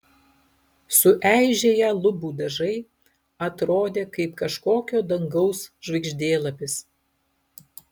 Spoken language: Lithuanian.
sueižėję lubų dažai atrodė kaip kažkokio dangaus žvaigždėlapis